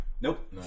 Nope